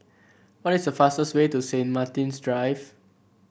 what is the fastest way to Saint Martin's Drive